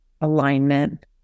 alignment